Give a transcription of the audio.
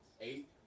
eight